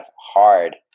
hard